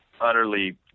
utterly